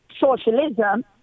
socialism